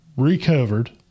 recovered